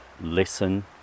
listen